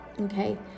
okay